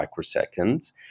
microseconds